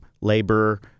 labor